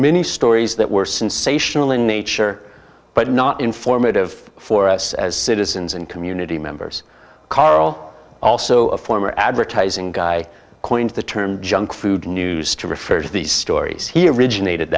many stories that were sensational in nature but not informative for us as citizens and community members carl also a former advertising guy coined the term junk food news to refer to these stories here originated